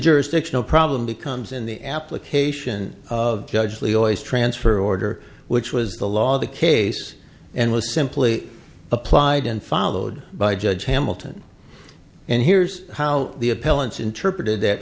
jurisdictional problem becomes in the application of judge lioy transfer order which was the law the case and was simply applied and followed by judge hamilton and here's how the appellant's interpreted that